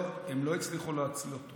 לא, הם לא הצליחו להציל אותו.